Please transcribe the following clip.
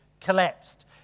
collapsed